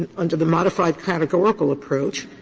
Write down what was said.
and under the modified categorical approach,